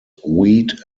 wheat